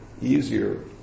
easier